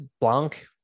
Blanc